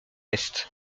est